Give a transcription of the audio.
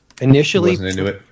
initially